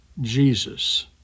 Jesus